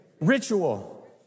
ritual